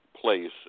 place